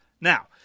Now